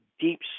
deep